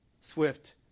swift